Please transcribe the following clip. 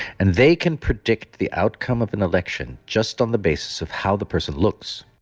and they can predict the outcome of an election just on the basis of how the person looks